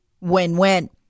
Win-win